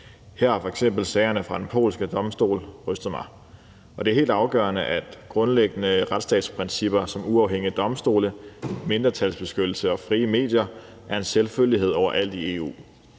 Her har f.eks. sagerne fra den polske domstol rystet mig. Det er helt afgørende, at grundlæggende retsstatsprincipper som uafhængige domstole, mindretalsbeskyttelse og frie medier er en selvfølgelighed overalt i EU.